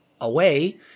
away